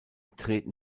treten